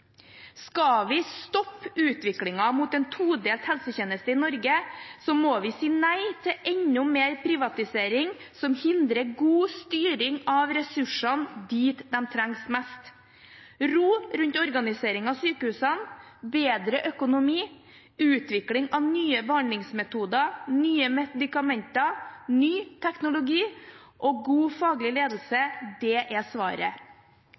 Skal vi stoppe utviklingen mot en todelt helsetjeneste i Norge, må vi si nei til enda mer privatisering som hindrer god styring av ressursene dit de trengs mest. Ro rundt organisering av sykehusene, bedre økonomi, utvikling av nye behandlingsmetoder, nye medikamenter, ny teknologi og god faglig ledelse er svaret